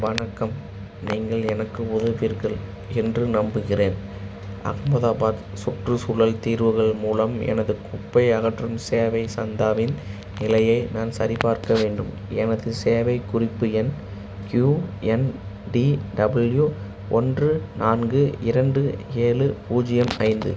வணக்கம் நீங்கள் எனக்கு உதவுவீர்கள் என்று நம்புகிறேன் அகமதாபாத் சுற்றுச்சூழல் தீர்வுகள் மூலம் எனது குப்பை அகற்றும் சேவை சந்தாவின் நிலையை நான் சரிபார்க்க வேண்டும் எனது சேவைக் குறிப்பு எண் க்யூஎன்டிடபள்யூ ஒன்று நான்கு இரண்டு ஏழு பூஜ்ஜியம் ஐந்து